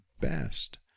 best